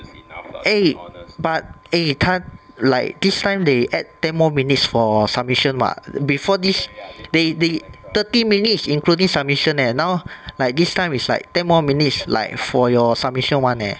eh but eh 他 like this time they add ten more minutes for submission [what] before this they they thirty minutes including submission leh now like this time is like ten more minutes like for your submission [one] leh